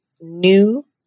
new